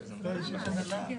וירושלים.